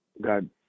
God